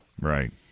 Right